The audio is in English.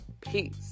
Peace